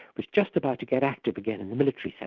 was just about to get active again in the military and